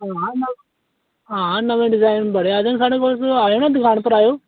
होई आग कल नमें डजाइन बड़े आए दे साढ़े कोल तुस आएओ ना दकान पर आएओ